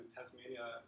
Tasmania